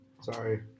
Sorry